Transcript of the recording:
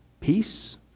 Peace